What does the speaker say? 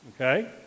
okay